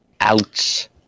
Ouch